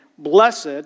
Blessed